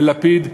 ללפיד,